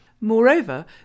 Moreover